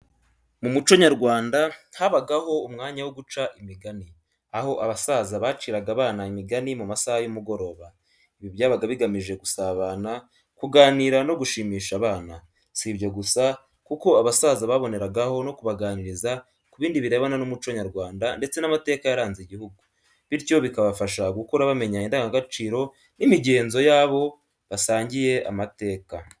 Mu muco nyarwanda, habagaho umwanya wo guca imigani, aho abasaza baciraga abana imigani mu masaha y’umugoroba. Ibi byabaga bigamije gusabana, kuganira no gushimisha abana. Si ibyo gusa, kuko abasaza baboneragaho no kubaganiriza ku bindi birebana n’umuco nyarwanda ndetse n’amateka yaranze igihugu, bityo bikabafasha gukura bamenya indangagaciro n’imigenzo y’abo basangiye amateka.